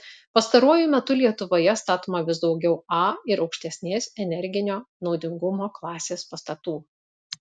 pastaruoju metu lietuvoje statoma vis daugiau a ir aukštesnės energinio naudingumo klasės pastatų